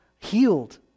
healed